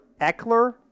Eckler